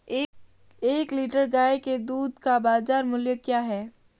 एक लीटर गाय के दूध का बाज़ार मूल्य क्या है?